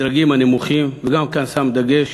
בדרגים הנמוכים, וגם כאן שם דגש,